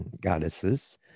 goddesses